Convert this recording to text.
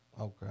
Okay